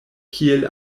kiel